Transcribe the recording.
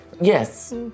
yes